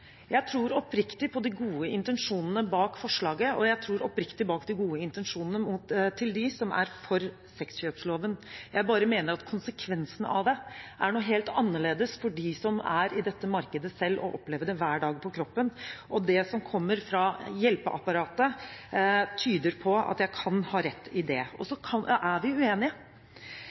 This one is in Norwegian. Jeg tror oppriktig på de gode intensjonene bak forslaget, og jeg tror oppriktig på de gode intensjonene til dem som er for sexkjøpsloven – jeg bare mener at konsekvensene av det er helt annerledes for dem som er i dette markedet selv og opplever det hver dag på kroppen. Det som kommer fra hjelpeapparatet, tyder på at jeg kan ha rett i det. Og så er vi uenige.